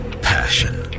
passion